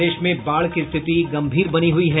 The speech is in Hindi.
प्रदेश में बाढ़ की स्थिति गंभीर बनी हुई है